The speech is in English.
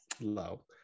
low